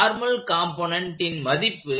normal component ன் மதிப்பு